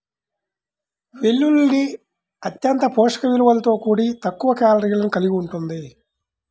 వెల్లుల్లి అత్యంత పోషక విలువలతో కూడి తక్కువ కేలరీలను కలిగి ఉంటుంది